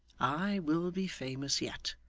i will be famous yet.